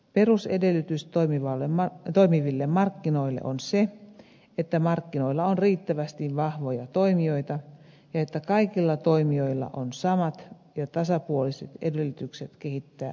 perusedellytys toimiville markkinoille on se että markkinoilla on riittävästi vahvoja toimijoita ja että kaikilla toimijoilla on samat ja tasapuoliset edellytykset kehittää omaa kilpailukykyään